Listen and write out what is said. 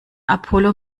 apollo